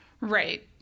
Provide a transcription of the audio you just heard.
Right